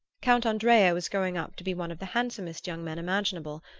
count andrea was growing up to be one of the handsomest young men imaginable,